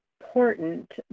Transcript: important